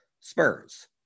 spurs